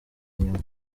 inyuma